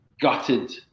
gutted